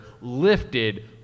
lifted